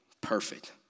perfect